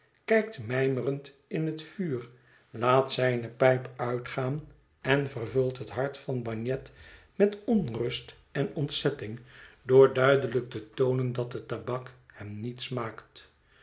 kijkt mijmerend in het vuur laat zijne pijp uitgaan en vervult het hart van bagnet met onrust en ontzetting door duidelijk te toonen dat de tabak hem niet smaakt